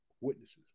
Witnesses